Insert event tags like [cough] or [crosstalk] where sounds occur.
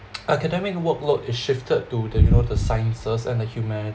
[noise] academic workload is shifted to the you know the sciences and the humanities